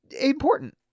important